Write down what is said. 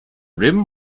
rim